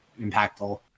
impactful